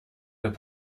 باید